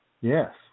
Yes